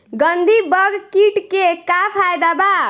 गंधी बग कीट के का फायदा बा?